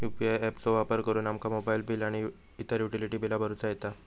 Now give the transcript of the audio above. UPI app चो वापर करुन आमका मोबाईल बिल आणि इतर युटिलिटी बिला भरुचा येता